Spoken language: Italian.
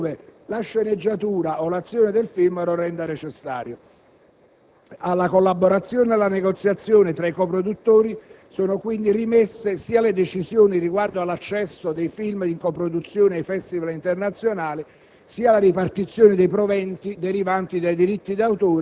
nonché lo svolgimento di riprese in Paesi terzi, laddove la sceneggiatura o l'azione del film lo renda necessario. Alla collaborazione e alla negoziazione tra i coproduttori sono quindi rimesse sia le decisioni riguardo all'accesso dei film in coproduzione ai festival internazionali,